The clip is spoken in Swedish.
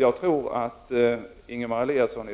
Jag tror att Ingemar Eliasson